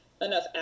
enough